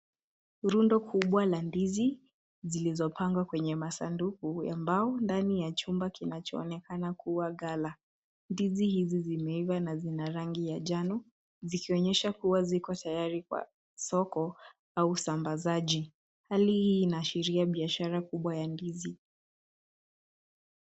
Rundo kubwa la ndizi, zilizopangwa kwenye masunduku ya mbao ndani ya chumba kinachoonekana kuwa ghala. Ndizi hizi zimeiva na zina rangi ya njano, zikionyesha kuwa ziko tayari kwa soko au usambazaji. Hali hii inaashiria biashara kubwa ya ndizi.